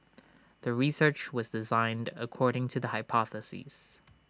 the research was designed according to the hypothesis